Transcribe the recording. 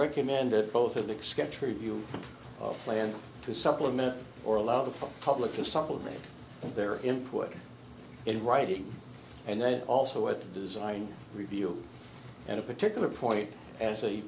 recommend that both of the scepter you plan to supplement or allow the public to supplement their input in writing and then also at the design review and a particular point as a